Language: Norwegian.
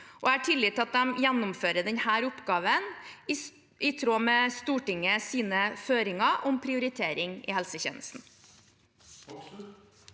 jeg har tillit til at de gjennomfører denne oppgaven i tråd med Stortingets føringer om prioritering i helsetjenesten.